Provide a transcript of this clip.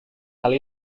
hal